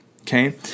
okay